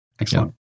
Excellent